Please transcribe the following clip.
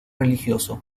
religioso